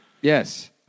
Yes